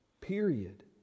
Period